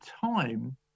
time